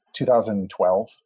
2012